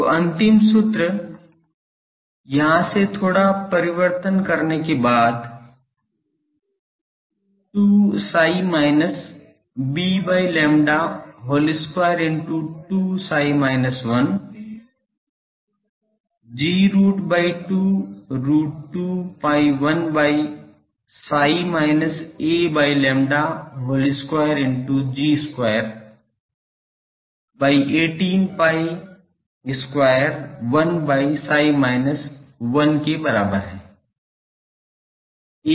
तो अंतिम सूत्र यहां से थोड़ा और परिवर्तन करने के बाद 2 chi minus b by lambda whole square into 2 chi minus 1 G root by 2 root 2 pi 1 by chi minus a by lambda whole square into G square by 18 pi square one by chi minus 1 के बराबर है